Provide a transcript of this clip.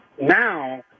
now